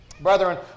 Brethren